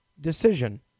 decision